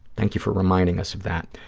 thank you for reminding us of that.